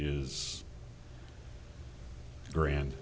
is grand